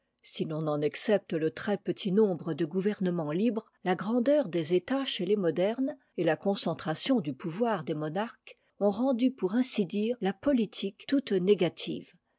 si l'on en excepte le très-petit nombre de gouvernements libres la grandeur des états chez les modernes et la concentration du pouvoir des monarques ont rendu pour ainsi dire la politique toute négative